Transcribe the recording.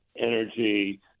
energy